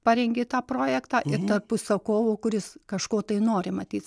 parengė tą projektą ir tarp užsakovo kuris kažko tai nori matyt